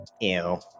Ew